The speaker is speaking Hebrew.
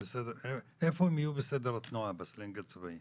איפה הם יהיו בסדר התנועה, בסלנג הצבאי?